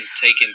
taken